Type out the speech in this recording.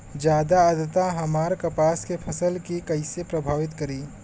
ज्यादा आद्रता हमार कपास के फसल कि कइसे प्रभावित करी?